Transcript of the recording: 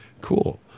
cool